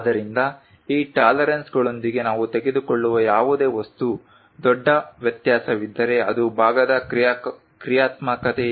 ಆದ್ದರಿಂದ ಈ ಟಾಲರೆನ್ಸ್ಗಳೊಂದಿಗೆ ನಾವು ತೆಗೆದುಕೊಳ್ಳುವ ಯಾವುದೇ ವಸ್ತು ದೊಡ್ಡ ವ್ಯತ್ಯಾಸವಿದ್ದರೆ ಅದು ಭಾಗದ ಕ್ರಿಯಾತ್ಮಕತೆಯನ್ನು ತೀವ್ರವಾಗಿ ಪರಿಣಾಮ ಬೀರುತ್ತದೆ